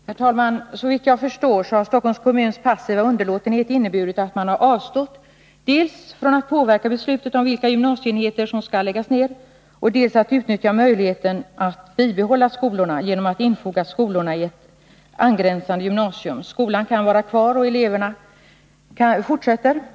Herr talman! Såvitt jag förstår har Stockholms kommuns passiva underlåtenhet inneburit att man har avstått dels från att påverka beslutet om vilka gymnasieenheter som skall läggas ner, dels från att utnyttja möjligheten att bibehålla skolorna genom att infoga dem i ett angränsande gymnasium. Skolan kan vara kvar och eleverna kan fortsätta.